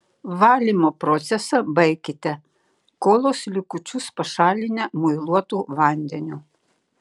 valymo procesą baikite kolos likučius pašalinę muiluotu vandeniu